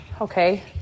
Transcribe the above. Okay